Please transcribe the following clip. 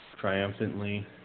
triumphantly